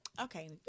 Okay